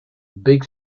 big